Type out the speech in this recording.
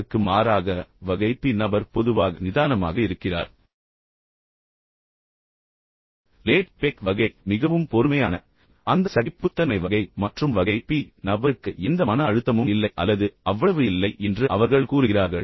அதற்கு மாறாக வகை பி நபர் பொதுவாக நிதானமாக இருக்கிறார் லேட் பேக் வகை மிகவும் பொறுமையான அந்த சகிப்புத்தன்மை வகை மற்றும் வகை பி நபருக்கு எந்த மன அழுத்தமும் இல்லை அல்லது அவ்வளவு இல்லை என்று அவர்கள் கூறுகிறார்கள்